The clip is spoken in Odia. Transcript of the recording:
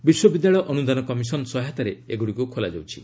ବିଶ୍ୱବିଦ୍ୟାଳୟ ଅନୁଦାନ କମିଶନ ସହାୟତାରେ ଏଗୁଡ଼ିକୁ ଖୋଲାଯିବ